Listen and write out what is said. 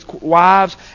wives